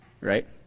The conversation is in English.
Right